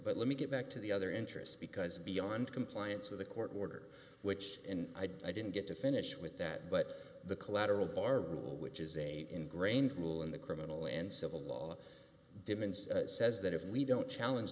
but let me get back to the other interest because beyond compliance with a court order which and i didn't get to finish with that but the collateral bar rule which is a ingrained rule in the criminal and civil law demands says that if we don't challenge